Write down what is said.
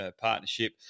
partnership